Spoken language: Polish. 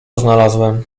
znalazłem